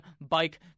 bike